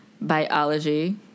biology